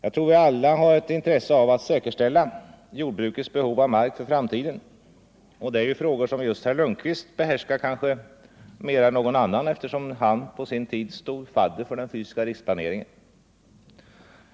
Vi har alla intresse av att säkerställa jordbrukets behov av mark för framtiden och det är frågor som just herr Lundkvist behärskar kanske mer än någon annan, eftersom han på sin tid stod fadder för den fysiska riksplaneringen.